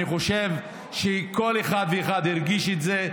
אני חושב שכל אחד ואחד הרגיש את זה,